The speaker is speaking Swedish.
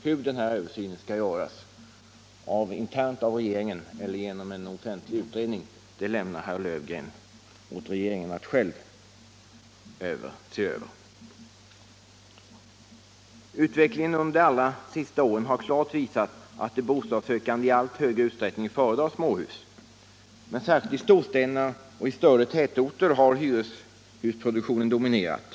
Hur översynen skall göras — internt av regeringen eller genom en offentlig utredning — lämnar herr Löfgren åt regeringen att själv avgöra. Utvecklingen under de allra senaste åren har klart visat att de bostadssökande i allt större utsträckning föredrar småhus, men särskilt i storstäderna och i större tätorter har hyreshusproduktionen dominerat.